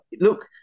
look